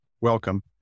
welcome